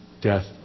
death